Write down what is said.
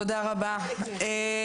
אין דבר כזה מאה אחוז.